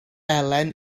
elen